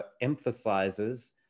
emphasizes